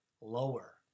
Lower